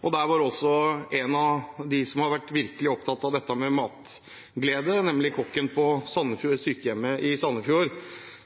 der. Der var også en av dem som virkelig har vært opptatt av dette med matglede, nemlig kokken på et sykehjem i Sandefjord,